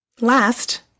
Last